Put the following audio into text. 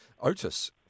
Otis